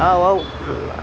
ಆವ್ ಆವು